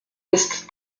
ist